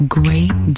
great